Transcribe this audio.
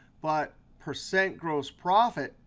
but percent gross profit,